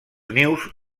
nius